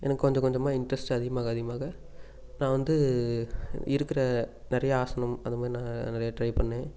எனக்கு கொஞ்சம் கொஞ்சமாக இன்ட்ரஸ்ட் அதிகமாக அதிகமாக நான் வந்து இருக்கிற நிறைய ஆசனம் அந்த மாதிரி நிறையா ட்ரை பண்ணேன்